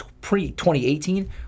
pre-2018